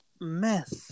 mess